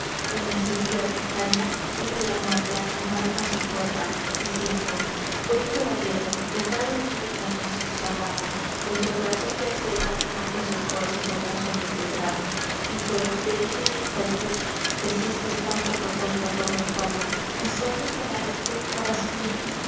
en la su villa de ocaña vino la muerte a llamar a su puerta bcef despues que puso e depues que e depues bcdef hazaña f en bc a b lamar diziendo buen cauallero dexad el mundo engañoso y su halago vuestro coraon de azero muestre su esfuero famoso en este trago y pues de vida y salud fezistes tan poca cuenta por la fama esfuerese la virtud para sofrir